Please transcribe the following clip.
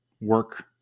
work